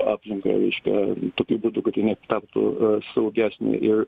aplinkoje reiškia tokiu būdu kad jinai taptų e saugesnė ir